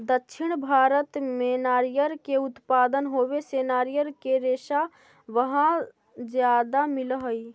दक्षिण भारत में नारियर के उत्पादन होवे से नारियर के रेशा वहाँ ज्यादा मिलऽ हई